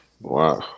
wow